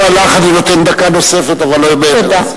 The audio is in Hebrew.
גם לך אני נותן דקה נוספת, אבל לא מעבר לזה.